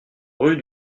rue